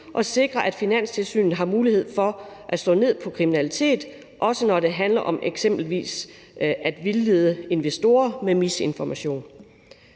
at sikre, at Finanstilsynet har mulighed for at slå ned på kriminalitet, også når det handler om eksempelvis at vildlede investorer med misinformation.